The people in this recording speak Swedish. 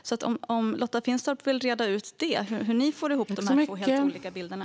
Vill Lotta Finstorp reda ut hur Moderaterna får ihop de helt olika bilderna?